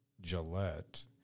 Gillette